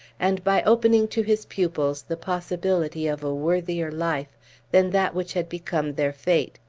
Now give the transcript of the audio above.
and by opening to his pupils the possibility of a worthier life than that which had become their fate.